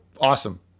awesome